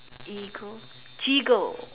eagle cheagle